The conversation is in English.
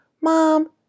Mom